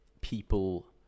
people